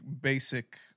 basic